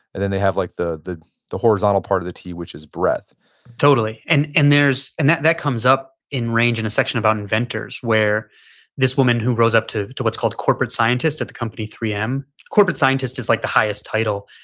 and then they have like the the horizontal part of the t, which is breadth totally. and and there's, and that that comes up in range in a section about inventors where this woman who rose up to to what's called corporate scientists of the company, three m. corporate scientist is like the highest title.